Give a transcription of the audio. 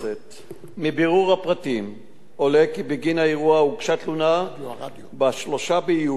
מבירור הפרטים עולה כי בגין האירוע הוגשה תלונה ב-3 ביולי השנה.